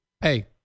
Hey